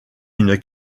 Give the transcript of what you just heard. une